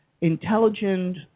intelligent